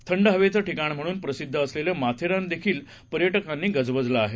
थंड हवेचं ठिकाण म्हणून प्रसिद्ध असलेलं माथेरान देखील पर्यटकांनी गजबजलं आहे